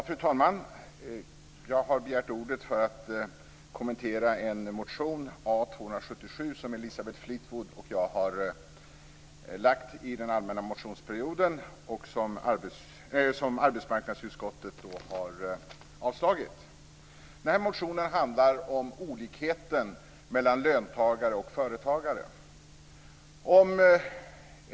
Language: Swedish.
Fru talman! Jag har begärt ordet för att kommentera motion A277, som Elisabeth Fleetwood och jag har väckt under den allmänna motionstiden och som har avstyrkts av arbetsmarknadsutskottet. Motionen handlar om olikheten mellan löntagare och företagare.